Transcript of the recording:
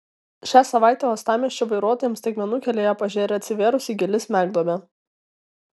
šią savaitę uostamiesčio vairuotojams staigmenų kelyje pažėrė atsivėrusi gili smegduobė